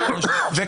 הייצוא,